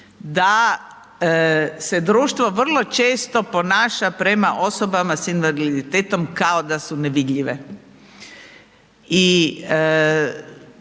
da se društvo vrlo često ponaša prema osobama s invaliditetom kao da su nevidljive